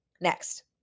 Next